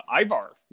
Ivar